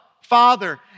Father